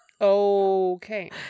Okay